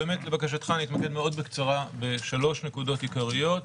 לבקשתך, נתמקד מאוד בקצרה בשלוש נקודות עיקריות.